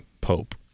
Pope